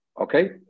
Okay